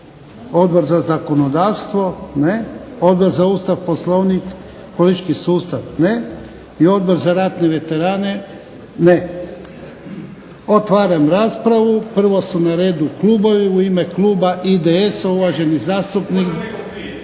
Odbor za zakonodavstvo? Ne. Odbor za Ustav, Poslovnik i politički sustav? Ne. I Odbor za ratne veterane? Ne. Otvaram raspravu. Prvo su na redu klubovi. U ime kluba IDS-a uvaženi zastupnik